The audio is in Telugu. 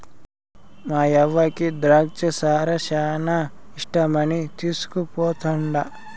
మాయవ్వకి ద్రాచ్చ సారా శానా ఇష్టమని తీస్కుపోతండా